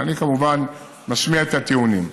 אני כמובן משמיע את הטיעונים.